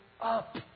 up